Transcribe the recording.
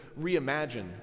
reimagine